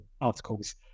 articles